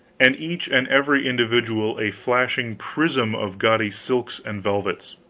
and each and every individual a flashing prism of gaudy silks and velvets